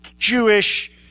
jewish